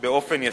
באופן ישיר.